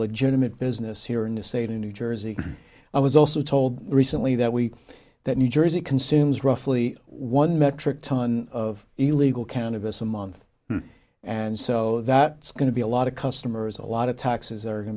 legitimate business here in the state in new jersey i was also told recently that week that new jersey consumes roughly one metric ton of illegal cannabis a month and so so that's going to be a lot of customers a lot of taxes are going